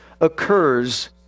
occurs